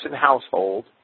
household